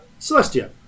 Celestia